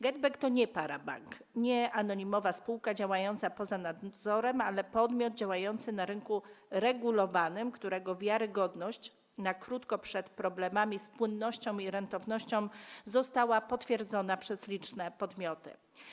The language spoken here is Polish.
GetBack to nie parabank, nie anonimowa spółka działająca poza nadzorem, ale podmiot działający na rynku regulowanym, którego wiarygodność na krótko przed problemami z płynnością i rentownością została potwierdzona przez liczne podmioty.